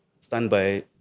standby